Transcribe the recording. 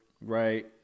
right